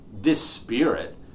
dispirit